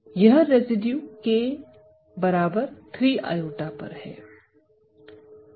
यह residue k3i पर है